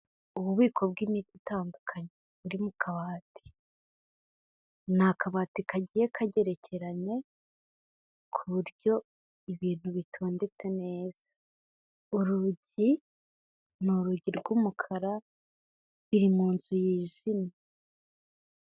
Ububiko bw'imiti itandukanye iri mu kabati, ni akabati kagiye kagerekeranye ku buryo ibintu bitondetse neza, urugi ni urugi rw'umukara biri mu nzu yijimye.